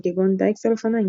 כגון דייקס על אופניים.